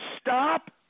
Stop